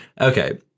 okay